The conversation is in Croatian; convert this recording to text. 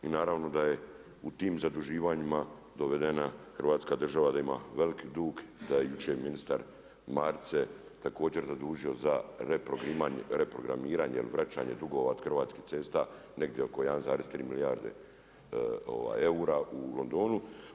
I naravno da je u tim zaduživanjima dovedena Hrvatska država da ima veliki dug, da je i jučer ministar Marić se također zadužio za reprogramiranje ili vraćanje dugova od Hrvatskih cesta negdje oko 1,2 milijarde eura u Londonu.